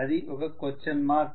అది ఒక question mark